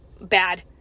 bad